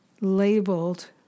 labeled